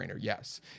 yes